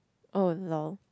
oh lol